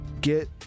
get